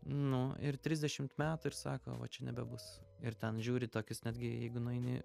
nu ir trisdešimt metų ir sako va čia nebebus ir ten žiūri į tokius netgi jeigu nueini